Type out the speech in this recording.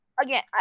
again